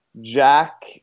Jack